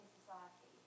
society